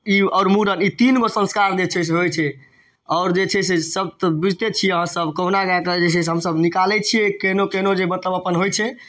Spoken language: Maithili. ई आओर मूड़न ई तीनगो सँस्कार जे छै से होइ छै आओर जे छै से सब तऽ बुझिते छिए अहाँसब कहुना कऽ कऽ जे छै से हमसब निकालै छिए केहनो केहनो जे मतलब अपन होइ छै